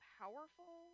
powerful